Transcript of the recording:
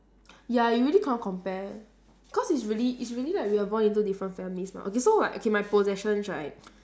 ya you really cannot compare because it's really it's really like we are born into different families mah okay so right okay my possessions right